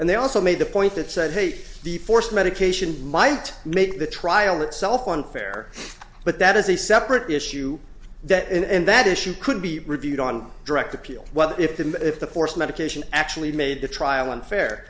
and they also made the point that said hate the force medication might make the trial itself unfair but that is a separate issue that and that issue could be reviewed on direct appeal well if the if the forced medication actually made the trial unfair